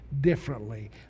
differently